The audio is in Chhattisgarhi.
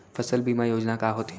फसल बीमा योजना का होथे?